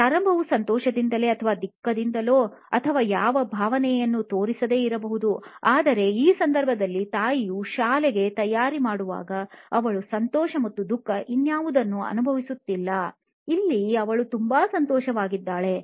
ಪ್ರಾರಂಭವು ಸಂತೋಷದಿಂದಲೋ ಅಥವಾ ದುಃಖದಿಂದಲೋ ಅಥವಾ ಯಾವ ಭಾವನೆಯನ್ನು ತೋರಿಸದೆ ಇರಬಹುದು ಆದರೆ ಈ ಸಂದರ್ಭದಲ್ಲಿ ತಾಯಿಯು ಶಾಲೆಗೆ ತಯಾರಿಮಾಡುವಾಗ ಅವಳು ಸಂತೋಷ ಅಥವಾ ದುಃಖ ಇದನ್ನಾವುದು ಅನುಭವತ್ತಿಲ್ಲ ಇಲ್ಲಿ ಅವಳು ತುಂಬಾ ಸಂತೋಷವಾಗಿದ್ದಾಳೆ